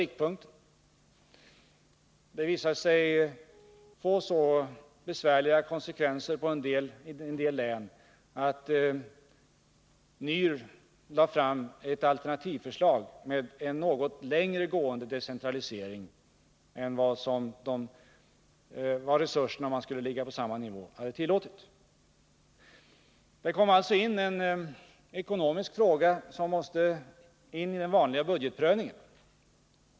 Detta visade sig få så besvärliga konsekvenser i en del län att NYR lade fram ett alternativförslag med en något längre gående decentralisering än vad resurserna hade tillåtit, om man skulle ligga på samma nivå. Det uppkom alltså en ekonomisk fråga som måste in i den vanliga budgetprövningen.